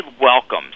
welcome